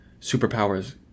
superpowers